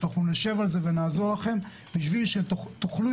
אנחנו נשב על זה ונעזור לכם כדי שתוכלו